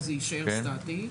שזה יישאר סטטי,